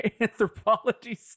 Anthropology